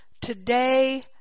today